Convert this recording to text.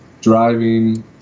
driving